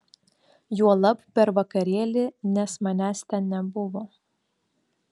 juolab per vakarėlį nes manęs ten nebuvo